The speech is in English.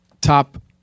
top